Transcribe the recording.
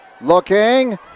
looking